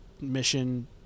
mission